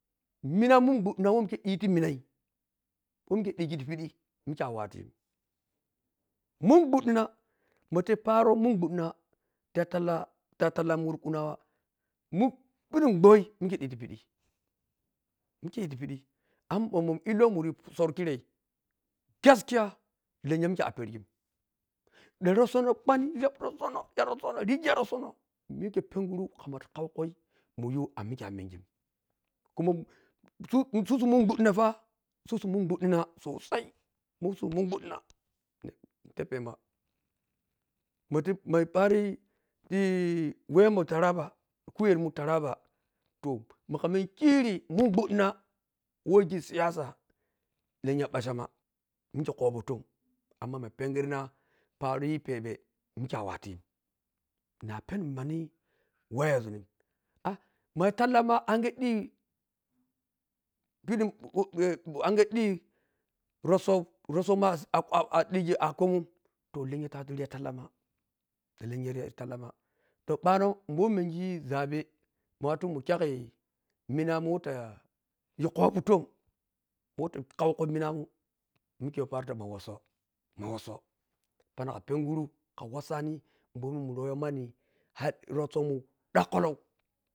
Minamun guɗɗina who mike ɗhin timinau mbo mike ɗhigi tipidi mike awatu minguddima matayi paro minguɗɗina ta talla ta tallamu wurkunawa mug khudun gwoi mike ɗhitipidi mike ɗhi tipidi amma mɓo mun illo muriyo sor kiirei gaskiya lenya mike a pergion ɗan rossono kwani ga rossonor ya rossono rigi ya rossano mike penguru kam mai kuma su sun mingɗɗinata su sun minguɗɗina sasai su sun minguɗɗina niteppema muti ma pari ɗhi wemo taraba khuyelmun taraba toh maga mengi kiri munguɗɗina woti siyasa lenga ɓachama mike kopou ton amma ma penggirma pariyi pebe mike awatiyi na penom mani waye zunni ah, ma ya tallama ange ɗhi pidin eh mbo ange vhi rosso, rossama aɗi akomun toh lenya ta watu riya tallama ɗan lenya riya tallama ɗan lenya riya tallama mɓo mengiyi zabe mawatu mu kwagi minamun who ta yi koputon whota kau ku minamun mike tayi paro ta ma wasso, ma wasso mɓom munro yam anni rossomun dakkulou.